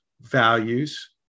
values